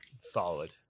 solid